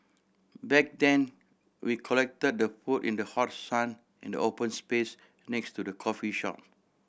back then we collected the food in the hot sun in the open space next to the coffee shop